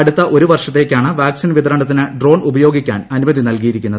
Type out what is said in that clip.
അടുത്ത ഒരു വർഷത്തേക്കാണ് വാക്സിൻ വിതരണത്തിന് ഡ്രോൺ ഉപയോഗിക്കാൻ അനുമതി നൽകിയിരിക്കുന്നത്